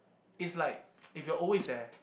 is like if you are always there